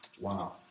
Wow